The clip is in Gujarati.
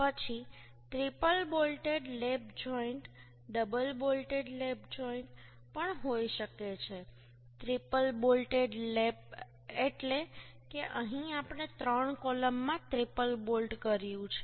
પછી triple bolted lap joint double bolted lap joint પણ હોઈ શકે છે ટ્રિપલ બોલ્ટેડ એટલે કે અહીં આપણે ત્રણ કૉલમમાં ટ્રિપલ બોલ્ટ કર્યું છે